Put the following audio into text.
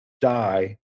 die